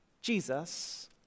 Jesus